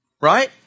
right